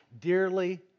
dearly